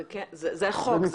זה החוק.